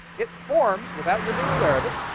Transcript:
it forms without your being aware of it.